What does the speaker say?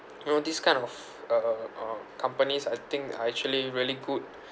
you know this kind of uh uh companies I think are actually really good